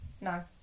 No